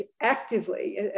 actively